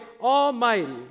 Almighty